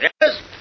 Yes